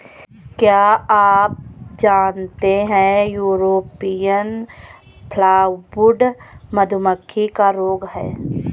क्या आप जानते है यूरोपियन फॉलब्रूड मधुमक्खी का रोग है?